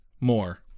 more